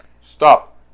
Stop